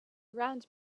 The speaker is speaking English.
around